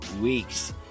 weeks